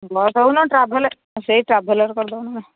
bus ହେଉ ନ ହେଲେ ଟ୍ରାଭେଲ୍ ସେଇ ଟ୍ରାଭେଲର୍ କରି ଦେବ ନା